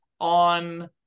on